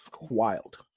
Wild